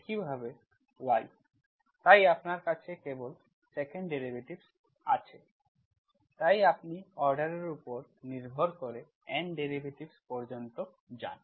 একইভাবে y তাই আপনার কাছে কেবল 2nd ডেরিভেটিভস আছে তাই আপনি অর্ডার এর উপর নির্ভর করে N ডেরিভেটিভস পর্যন্ত যান